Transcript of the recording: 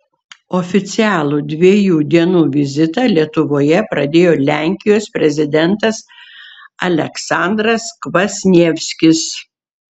oficialų dviejų dienų vizitą lietuvoje pradėjo lenkijos prezidentas aleksandras kvasnievskis